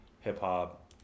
hip-hop